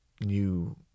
new